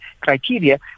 criteria